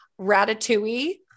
Ratatouille